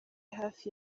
hafi